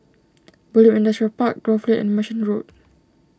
Bulim Industrial Park Grove Lane and Merchant Road